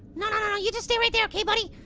no, no, no, you just stay right there. okay, buddy?